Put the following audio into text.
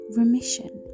remission